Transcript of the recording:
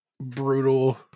brutal